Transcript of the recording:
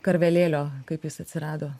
karvelėlio kaip jis atsirado